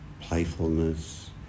playfulness